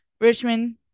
Richmond